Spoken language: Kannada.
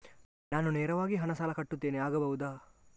ನಾನು ನೇರವಾಗಿ ಹಣ ಸಾಲ ಕಟ್ಟುತ್ತೇನೆ ಆಗಬಹುದ?